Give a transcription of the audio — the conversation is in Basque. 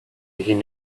egin